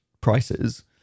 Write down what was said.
prices